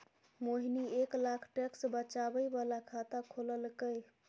मोहिनी एक लाख टैक्स बचाबै बला खाता खोललकै